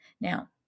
Now